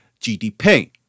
GDP